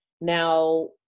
Now